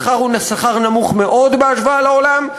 השכר הוא שכר נמוך מאוד בהשוואה לעולם,